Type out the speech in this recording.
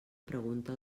pregunta